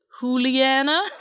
Juliana